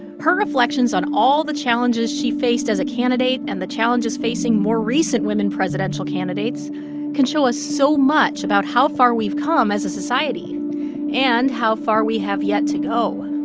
her reflections on all the challenges she faced as a candidate and the challenges facing more recent women presidential candidates can show us so much about how far we've come as a society and how far we have yet to go